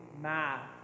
math